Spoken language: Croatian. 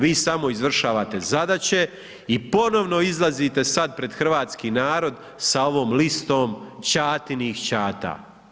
Vi samo izvršavate zadaće i ponovno izlazite sad pred hrvatski narod sa ovom listom čatinih čata.